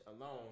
alone